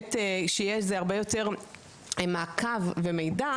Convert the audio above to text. כשיהיה על זה הרבה יותר מעקב ומידע,